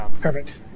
Perfect